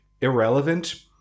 irrelevant